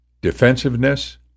defensiveness